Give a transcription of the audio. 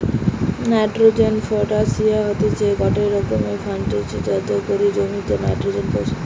nitrogen ফার্টিলিসের হতিছে গটে রকমের ফার্টিলাইজার যাতে করি জমিতে নাইট্রোজেন পৌঁছায়